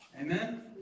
Amen